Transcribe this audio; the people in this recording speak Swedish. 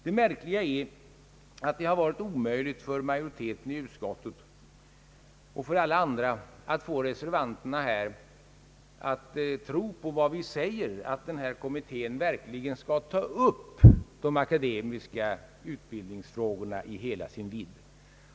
Det märkliga är att det har varit omöjligt för majoriteten i utskottet och för alla andra att få reservanterna att tro på vad vi säger, att denna kommitté verkligen skall ta upp de akademiska utbildningsfrågorna i hela deras vidd.